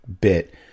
bit